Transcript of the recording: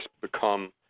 become